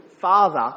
Father